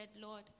Lord